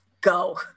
go